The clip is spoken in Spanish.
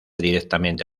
directamente